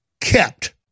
Kept